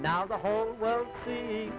now the whole world see